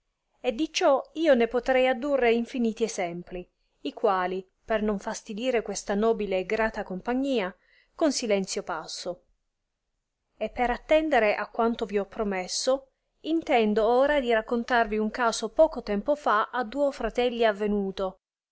e di ciò io ne potrei addurre infiniti esempi i quali per non fastidire questa nobile e grata compagnia con silenzio passo e per attendere a quanto vi ho promesso intendo ora di raccontarvi un caso poco tempo fa a duo fratelli avelluto